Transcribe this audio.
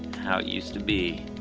how it used to be